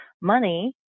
money